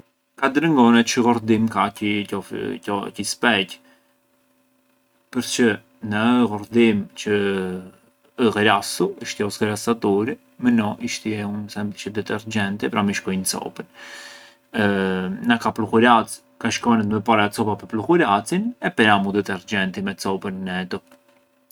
Ka drëngonet çë ghordim ka qi-qo-qi speqë, përçë na ë ghordim çë ë ghrasu i shtie u sgrassaturi, më no i shtie un semplice detergenti e pran i shkonj copën, na ka pluhuracë ka shkonet më para copa pë’ pluhuracin e pra’ u detergenti me copën netu.